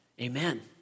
amen